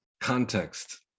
context